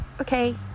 okay